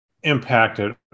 impacted